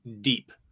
deep